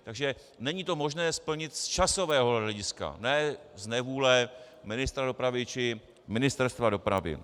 Takže není to možné splnit z časového hlediska, ne z nevůle ministra dopravy či Ministerstva dopravy.